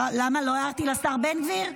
למה, לא הערתי לשר בן גביר?